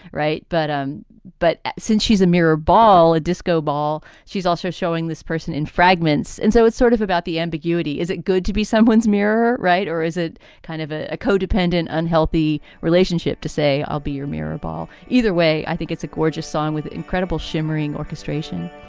right. but um but since she's a mirrorball, a disco ball, she's also showing this person in fragments. and so it's sort of about the ambiguity. is it good to be someone's mirror? right. or is it kind of a a co-dependent, unhealthy relationship to say, i'll be your mirrorball either way? i think it's a gorgeous song with incredible shimmering orchestration